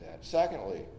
Secondly